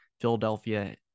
Philadelphia